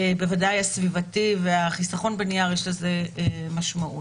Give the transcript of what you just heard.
בוודאי הסביבתי והחיסכון בנייר, יש לזה משמעות.